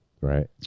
Right